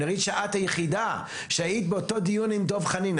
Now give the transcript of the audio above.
אני אגיד שאת היחידה שהייתה באותו דיון עם דב חנין.